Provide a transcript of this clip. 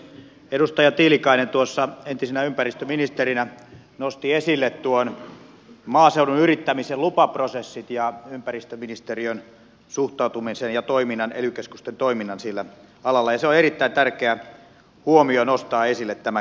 edustaja tiilikainen tuossa entisenä ympäristöministerinä nosti esille nuo maaseudun yrittämisen lupaprosessit ja ympäristöministeriön suhtautumisen ja ely keskusten toiminnan sillä alalla ja se on erittäin tärkeä huomio nostaa esille tämä kysymys